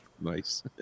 nice